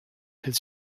his